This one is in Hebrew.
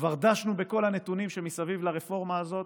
כבר דשנו בכל הנתונים סביב הרפורמה הזו.